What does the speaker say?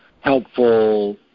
helpful